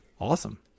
awesome